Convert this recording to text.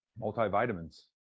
multivitamins